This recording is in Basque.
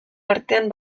artean